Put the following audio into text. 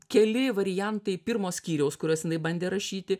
keli variantai pirmo skyriaus kuriuos jinai bandė rašyti